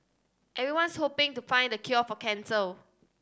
everyone's hoping to find the cure for cancer